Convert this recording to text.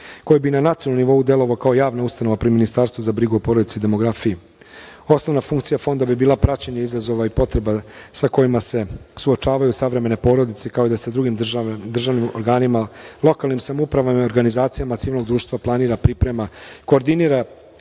koja bi na nacionalnom nivou delovao kao javna ustanova pri Ministarstvu za brigu o porodici i demografiji. Osnovna funkcija fonda bi bila praćenje izazova i potreba sa kojima se suočavaju savremene porodice kao da sa drugim državnim organima lokalnim samoupravama i organizacijama civilnog društva planira priprema, koordinira